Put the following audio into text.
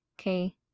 Okay